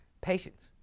patience